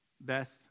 Beth